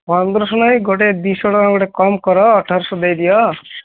ପନ୍ଦରଶହ ନାଇଁ ଗୋଟେ ଦୁଇଶହ ଟଙ୍କା ଗୋଟେ କମ୍ କର ଅଠରଶହ ଦେଇଦିଅ